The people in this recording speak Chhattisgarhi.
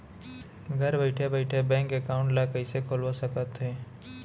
घर बइठे बइठे बैंक एकाउंट ल कइसे खोल सकथे?